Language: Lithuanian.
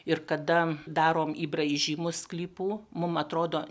ir kada darom įbraižymus sklypų mum atrodo